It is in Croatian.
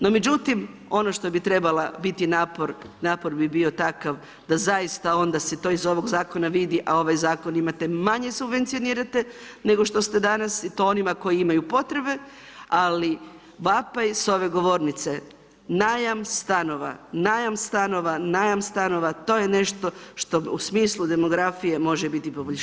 No međutim, ono što bi trebala biti napor, napor bi bio takav da zaista se ovo iz ovog zakona vidi, a ovaj zakon ima te manje subvencionirate, nego što ste danas i to onima koji imaju potrebe, ali vapaj s ove govornice, najam stanova, najam stanova, najam stanova to je nešto što u smislu demografije može biti poboljšanje.